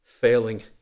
failing